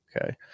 Okay